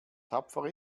tapfer